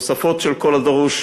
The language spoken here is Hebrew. תוספות של כל הדרוש,